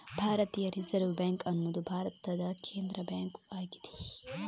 ಭಾರತೀಯ reserve bank ಅನ್ನುದು ಭಾರತದ ಕೇಂದ್ರ ಬ್ಯಾಂಕು ಆಗಿದೆ